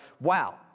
wow